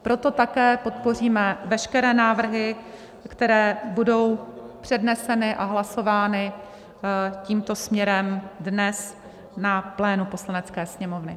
Proto také podpoříme veškeré návrhy, které budou předneseny a hlasovány tímto směrem dnes na plénu Poslanecké sněmovny.